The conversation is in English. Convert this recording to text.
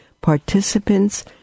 participants